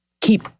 keep